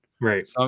right